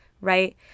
right